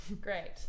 great